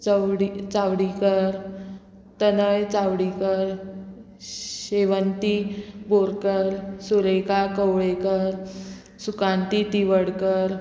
Chavdi Chavdikar Tanay Chavdikar Shevanti Borkar Sureka Kavlekar Sukanti Tiwadkar